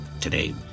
today